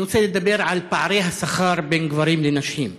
אני רוצה לדבר על פערי השכר בין גברים לנשים.